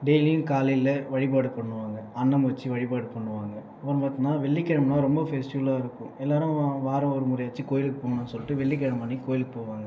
டெய்லியும் காலையில் வழிபாடு பண்ணுவாங்கள் அன்னம் வச்சு வழிபாடு பண்ணுவாங்கள் அப்புறம் பார்த்திங்கனா வெள்ளி கிழமைலாம் ரொம்ப ஃபெஸ்டிவல்லா இருக்கும் எல்லோரும் வாரம் ஒரு முறையாச்சும் கோவில்ளுக்கு போகணும் சொல்லிகிட்டு வெள்ளி கிழமை அன்னைக்கு கோவிளுக்கு போவாங்கள்